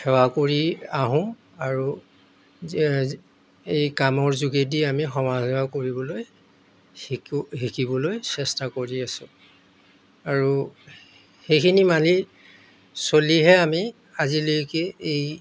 সেৱা কৰি আহোঁ আৰু এই কামৰ যোগেদি আমি সমাজসেৱা কৰিবলৈ শিকোঁ শিকিবলৈ চেষ্টা কৰি আছোঁ আৰু সেইখিনি মানি চলিহে আমি আজিলৈকে এই